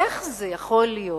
איך זה יכול להיות,